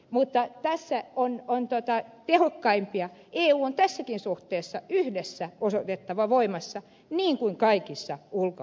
mutta jos se on vain käyttää tehokkaimpia eun on tässäkin suhteessa yhdessä osoitettava voimansa niin kuin kaikissa ulkosuhteissa